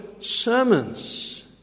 sermons